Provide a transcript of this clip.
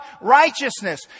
righteousness